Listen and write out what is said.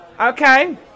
Okay